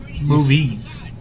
Movies